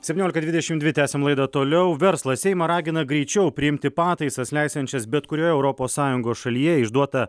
septyniolika dvidešim dvi tęsiam laidą toliau verslas seimą ragina greičiau priimti pataisas leisiančias bet kurioje europos sąjungos šalyje išduotą